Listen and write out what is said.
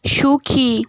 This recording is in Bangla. সুখী